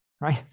right